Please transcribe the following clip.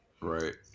right